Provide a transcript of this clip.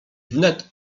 wnet